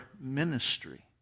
ministry